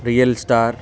real star